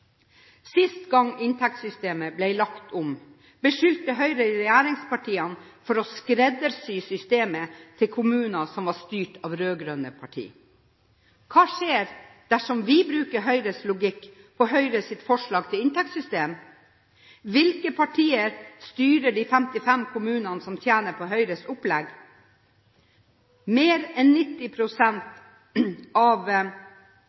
Sist gang inntektssystemet ble lagt om, beskyldte Høyre regjeringspartiene for å skreddersy systemet til kommuner som var styrt av rød-grønne partier. Hva skjer dersom vi bruker Høyres logikk på Høyres forslag til inntektssystem? Hvilke partier styrer de 55 kommunene som tjener på Høyres opplegg? Mer enn 90 pst. av